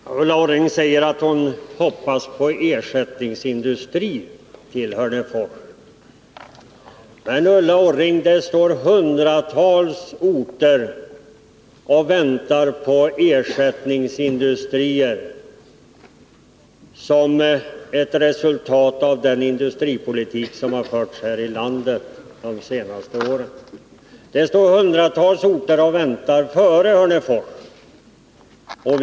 Herr talman! Ulla Orring säger att hon hoppas på ersättningsindustri till Hörnefors. Men, «Ulla Orring, det står hundratals orter och väntar på ersättningsindustrier som ett resultat av den industripolitik som har förts här i landet under de senaste åren. Det står hundratals orter och väntar före Hörnefors.